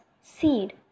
seed